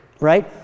right